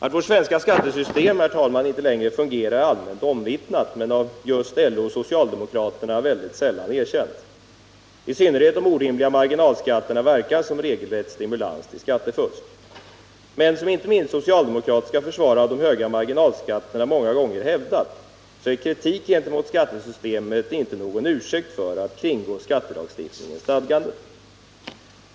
Att vårt svenska skattesystem inte längre fungerar är allmänt omvittnat, men av just LO och socialdemokraterna mycket sällan erkänt. I synnerhet de orimliga marginalskatterna verkar som en regelrätt stimulans till skattefusk. 59 Men —- som inte minst socialdemokratiska försvarare av de höga marginalskattesatserna många gånger hävdat — kritik gentemot skattesystemet är inte någon ursäkt för att kringgå skattelagstiftningens stadganden.